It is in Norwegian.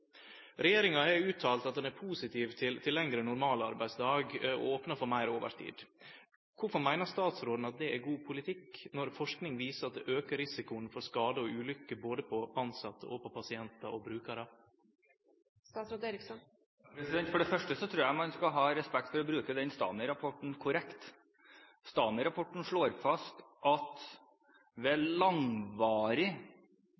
Regjeringa har sagt at ho er positiv til lengre normalarbeidsdag og opnar for meir overtid. Kvifor meiner statsråden at det er god politikk, når forsking viser at det aukar risikoen for skadar og ulukker, både for tilsette, pasientar og brukarar? For det første tror jeg man skal ha respekt for å bruke den STAMI-rapporten korrekt. STAMI-rapporten slår fast at